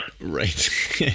Right